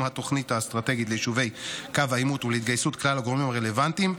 התוכנית האסטרטגית ליישובי קו העימות ולהתגייסות כלל הגורמים הרלוונטיים,